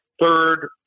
third